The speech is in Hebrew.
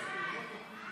אינו נוכח,